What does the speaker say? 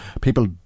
people